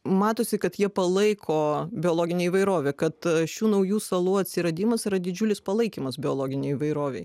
matosi kad jie palaiko biologinę įvairovę kad šių naujų salų atsiradimas yra didžiulis palaikymas biologinei įvairovei